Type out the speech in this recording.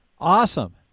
Awesome